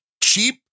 cheap